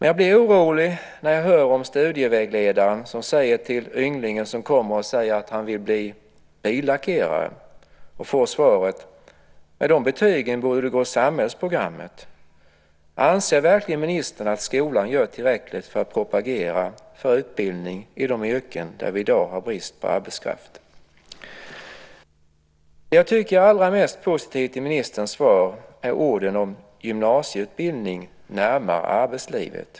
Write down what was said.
Jag blir orolig när jag hör om studievägledaren som säger till ynglingen som vill bli billackerare att med de betyg han har borde han gå samhällsprogrammet. Anser ministern verkligen att skolan gör tillräckligt för att propagera för utbildning i de yrken där vi i dag har brist på arbetskraft? Jag tyckte att det allra mest positiva i ministerns svar var orden om gymnasieutbildning närmare arbetslivet.